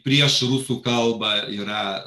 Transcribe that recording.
prieš rusų kalba yra